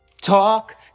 talk